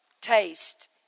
taste